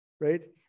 Right